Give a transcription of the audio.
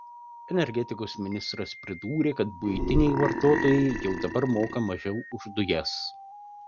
energetikos ministras pridūrė kad buitiniai vartotojai jau dabar moka mažiau už dujas